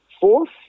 Fourth